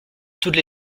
toutes